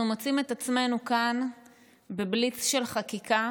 אנחנו מוצאים את עצמנו כאן בבליץ של חקיקה